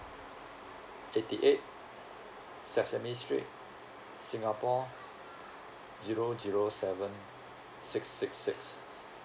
eighty eight sesame street singapore zero zero seven six six six